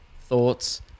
thoughts